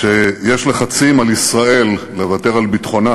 כשיש לחצים על ישראל לוותר על ביטחונה,